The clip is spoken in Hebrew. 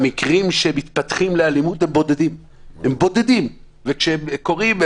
המקרים שמתפתחים לאלימות הם בודדים וכשהם קורים,